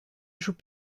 joue